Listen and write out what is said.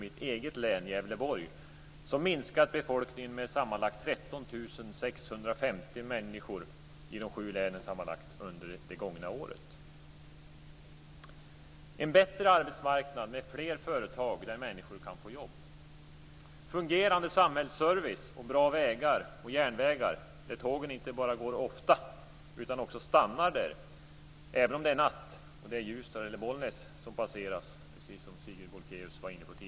I dessa sju län - inklusive mitt eget län, En bättre arbetsmarknad med fler företag där människor kan få jobb. Bra vägar. Järnvägar där tågen inte bara går ofta utan också stannar - även om det är natt och det är Ljusdal eller Bollnäs som passeras, precis som Sigrid Bolkéus tidigare var inne på.